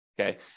Okay